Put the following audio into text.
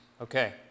Okay